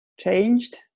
Changed